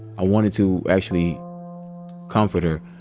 i wanted to actually comfort her,